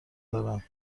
دارم